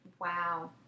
Wow